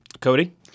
Cody